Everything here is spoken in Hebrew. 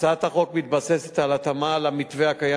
הצעת החוק מתבססת על התאמה למתווה הקיים